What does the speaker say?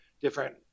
different